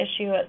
issue